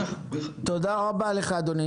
תודה רבה לך, אדוני.